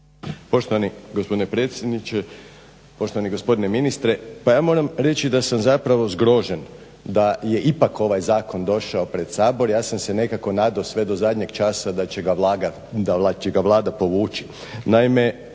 Poštovani gospodine predsjedniče, poštovani gospodine ministre. Pa ja moram reći da sam zapravo zgrožen da je ipak ovaj zakon došao pred Sabor. Ja sam se nekako nadao sve do zadnjeg časa da će ga Vlada povući.